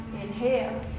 Inhale